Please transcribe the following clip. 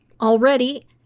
Already